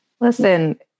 Listen